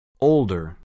Older